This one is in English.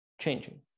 changing